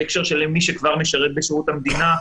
בהקשר למי שכבר משרת בשירות המדינה.